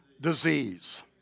disease